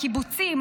הקיבוצים,